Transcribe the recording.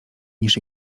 niż